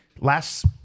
Last